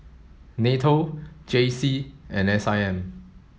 NATO J C and S I M